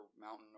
mountain